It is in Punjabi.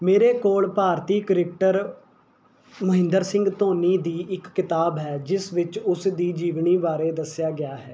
ਮੇਰੇ ਕੋਲ ਭਾਰਤੀ ਕ੍ਰਿਕਟਰ ਮਹਿੰਦਰ ਸਿੰਘ ਧੋਨੀ ਦੀ ਇੱਕ ਕਿਤਾਬ ਹੈ ਜਿਸ ਵਿੱਚ ਉਸ ਦੀ ਜੀਵਨੀ ਬਾਰੇ ਦੱਸਿਆ ਗਿਆ ਹੈ